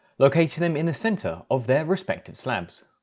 locating them in the centre of their respective slabs.